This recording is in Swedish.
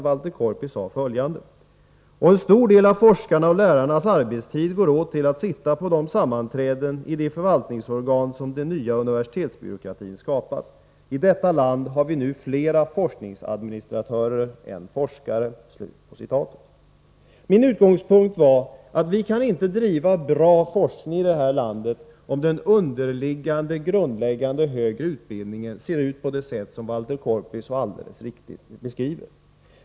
Walter Korpi sade: ”Och en stor del av forskarna och lärarnas arbetstid går åt till att sitta på de sammanträden i de förvaltningsorgan som den nya universitetsbyråkratin skapat. I detta land har vi nu fler forskningsadministratörer än forskare.” Min uppfattning är att vi inte kan bedriva bra forskning i det här landet om den underliggande grundläggande högre utbildningen ser ut så som Walter Korpi så riktigt har beskrivit den.